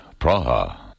Praha